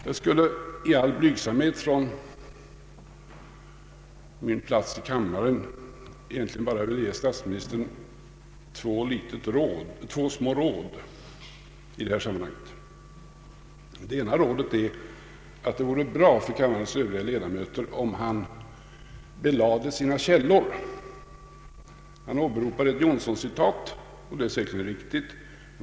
Jag vill i all blygsamhet från min plats i kammaren egentligen bara ge statsministern två små råd i det här sammanhanget. För det första vore det bra för kammarens övriga ledamöter om statsministern belade sina källor. Han åberopade ett Johnsoncitat, som säkerligen är riktigt.